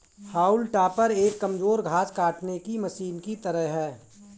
हाउल टॉपर एक कमजोर घास काटने की मशीन की तरह है